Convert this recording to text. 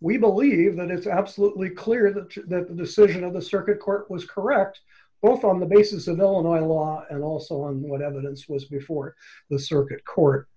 we believe that is absolutely clear is that the decision of the circuit court was correct both on the basis of illinois law and also on what evidence was before the circuit court